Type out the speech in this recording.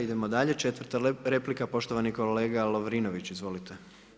Idemo dalje, 4. replika, poštovani kolega Lovrinović, izvolite.